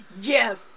Yes